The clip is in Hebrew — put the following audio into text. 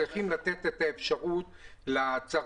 צריך לתת את האפשרות לצרכן,